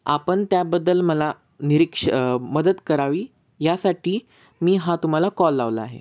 आपण त्याबद्दल मला निरीक्ष मदत करावी यासाठी मी हा तुम्हाला कॉल लावला आहे